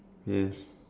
yes